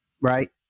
right